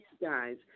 guys